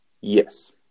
Yes